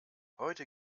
heute